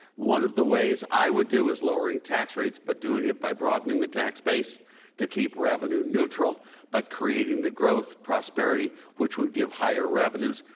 one of the ways i would do is lowering tax rates, but doing it by broadening the tax base to keep revenue neutral but creating the growth, prosperity, which would give higher revenues,